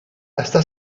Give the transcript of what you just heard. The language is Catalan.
està